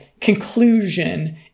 conclusion